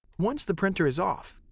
once the printer is off,